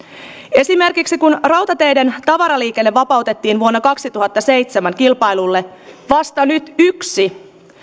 esimerkiksi kun rautateiden tavaraliikenne vapautettiin vuonna kaksituhattaseitsemän kilpailulle vasta nyt yksi